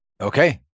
Okay